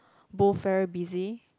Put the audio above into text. both very busy